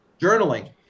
Journaling